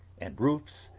and roofs,